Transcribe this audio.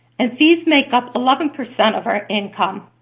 and fees make up eleven percent of our income.